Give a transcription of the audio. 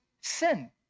sin